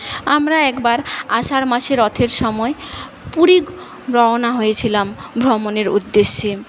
আমরা একবার আষাঢ় মাসে রথের সময়ে পুরী রওনা হয়েছিলাম ভ্রমণের উদ্দেশ্যে